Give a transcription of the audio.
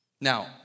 Now